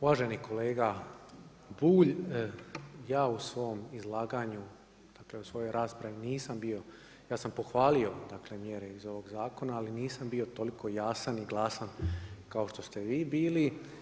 Uvaženi kolega Bulj, ja u svom izlaganju, dakle, u svojoj raspravi nisam bio, ja sam pohvalio dakle, mjere iz ovog zakona, ali nisam bio toliko jasan i glasan kao što ste vi bili.